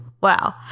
Wow